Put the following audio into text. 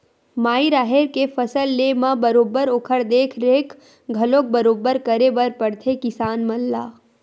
माई राहेर के फसल लेय म बरोबर ओखर देख रेख घलोक बरोबर करे बर परथे किसान मन ला